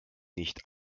nicht